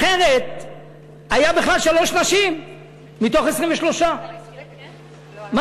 אחרת היו בכלל שלוש נשים מתוך 23. מה